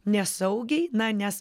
nesaugiai na nes